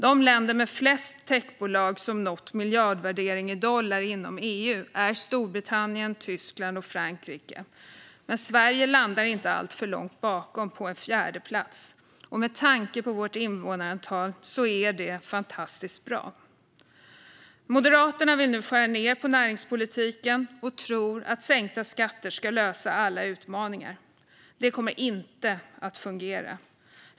De länder inom EU med flest tech-bolag som nått miljardvärdering i dollar är Storbritannien, Tyskland och Frankrike, men Sverige landar inte alltför långt bakom - på en fjärdeplats. Med tanke på vårt invånarantal är det fantastiskt bra. Moderaterna vill nu skära ned på näringspolitiken och tror att sänkta skatter ska lösa alla utmaningar. Det kommer inte att fungera.